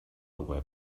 web